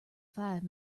five